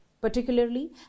particularly